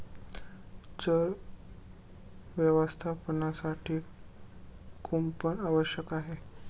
चर व्यवस्थापनासाठी कुंपण आवश्यक आहे